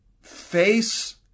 face